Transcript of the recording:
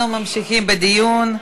אנחנו ממשיכים בדיון.